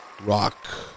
Rock